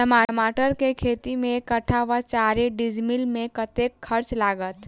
टमाटर केँ खेती मे एक कट्ठा वा चारि डीसमील मे कतेक खर्च लागत?